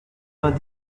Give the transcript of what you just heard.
vingt